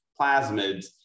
plasmids